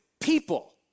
people